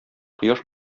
кояш